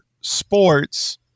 Sports